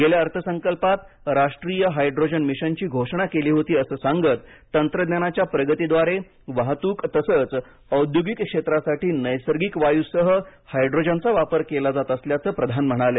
गेल्या अर्थसंकल्पात राष्ट्रीय हायड्रोजन मिशनची घोषणा केली होती असं सांगत तंत्रज्ञानाच्या प्रगतीद्वारे वाहतुक तसंच औद्योगिक क्षेत्रासाठी नैसर्गिक वायूसह हायड्रोजनचा वापर केला जात असल्याचं प्रधान म्हणाले